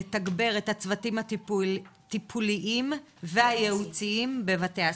לתגבר את הצוותים הטיפוליים והייעוציים בבתי הספר.